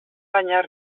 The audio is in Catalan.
banyar